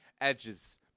edges